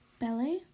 Ballet